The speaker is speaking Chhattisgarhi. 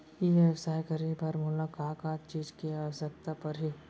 ई व्यवसाय करे बर मोला का का चीज के आवश्यकता परही?